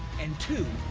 and two,